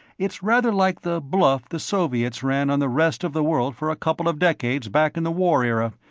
it's rather like the bluff the soviets ran on the rest of the world for a couple of decades back in the war era,